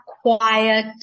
quiet